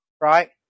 right